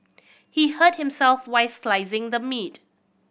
he hurt himself while slicing the meat